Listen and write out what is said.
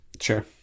Sure